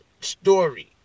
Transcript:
story